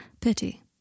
Pity